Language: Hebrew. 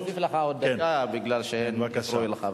אני אוסיף לך עוד דקה בגלל שהפריעו לך.